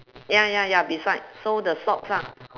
ya ya ya beside so the socks ah